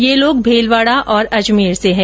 ये लोग भीलवाडा और अजमेर से है